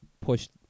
pushed